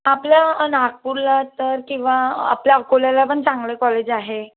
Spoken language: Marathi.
आपल्या नागपूरला तर किंवा आपल्या अकोल्याला पण चांगलं कॉलेज आहे